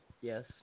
Yes